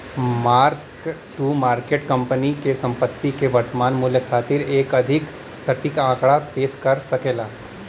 mark to market company क संपत्ति क वर्तमान मूल्य खातिर एक अधिक सटीक आंकड़ा पेश कर सकला